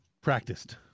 practiced